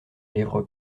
lèvre